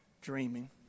dreaming